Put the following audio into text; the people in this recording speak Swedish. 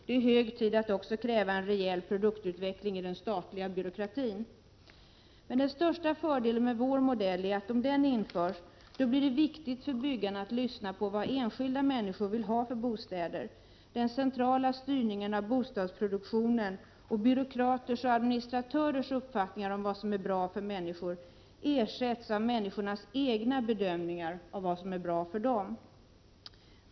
Det är hög tid att också kräva en rejäl produktutveckling i den statliga byråkratin. Men den största fördelen med vår modell är att om den införs blir det viktigt för byggarna att lyssna på vad enskilda människor vill ha för bostäder. Den centrala styrningen av bostadsproduktionen och byråkraters och administratörers uppfattningar om vad som är bra för människor ersätts av människornas egna bedömningar av vad som är bra för dem.